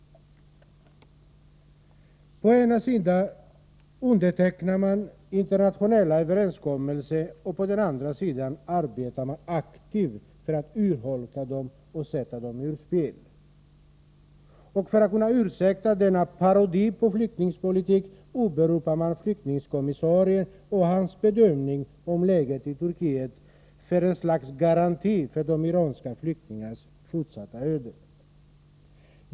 Å ena sidan undertecknar man internationella överenskommelser, å andra sidan arbetar man aktivt för att urholka dem och sätta dem ur spel. För att kunna ursäkta denna parodi på flyktingpolitik åberopar man flyktingkommissarien och hans bedömning av läget i Turkiet som ett slags garanti för de iranska flyktingarnas fortsatta öde.